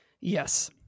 Yes